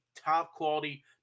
top-quality